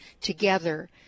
together